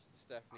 Stephanie